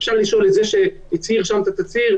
אפשר לשאול את זה שהצהיר שם את התצהיר.